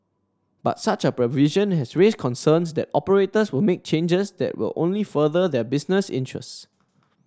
but such a provision has raised concerns that operators will make changes that will only further their business interests